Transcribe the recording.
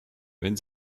wenn